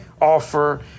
offer